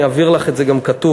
אני אעביר לך את זה גם כתוב,